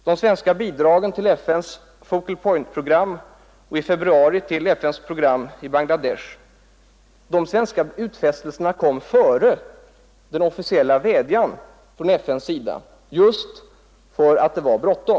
De svenska utfästelserna om bidrag till FN:s Focal Point-program och, i februari, till FN:s program i Bangladesh kom före den officiella vädjan från FN — just därför att det var bråttom.